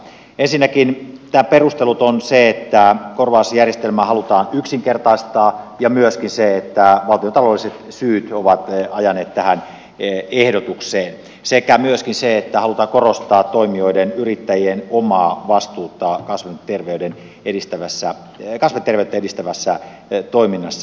ensinnäkin tämän perustelu on se että korvausjärjestelmää halutaan yksinkertaistaa ja myöskin se että valtiontaloudelliset syyt ovat ajaneet tähän ehdotukseen sekä myöskin se että halutaan korostaa toimijoiden yrittäjien omaa vastuuta kasvinterveyttä edistävässä toiminnassa